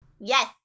Yes